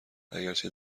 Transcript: اگرچه